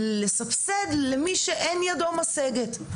לסבסד למי שאין ידו משגת,